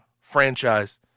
franchise